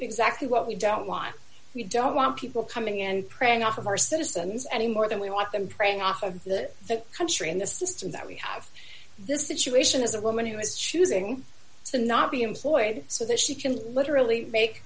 exactly what we don't want we don't want people coming and praying off of our citizens any more than we want them preying off of the country and the system that we have this situation is a woman who is choosing to not be employed so that she can literally make